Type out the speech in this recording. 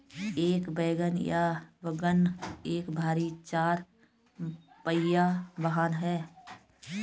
एक वैगन या वाग्गन एक भारी चार पहिया वाहन है